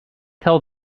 tell